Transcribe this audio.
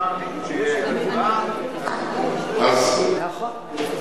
הכי טוב שבאמת יקבעו, נכון.